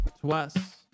twice